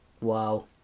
Wow